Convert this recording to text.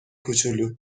کوچولو